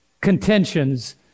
contentions